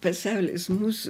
pasaulis mūsų